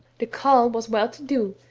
the carle was well to do,